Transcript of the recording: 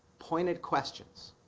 pointed questions